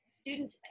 students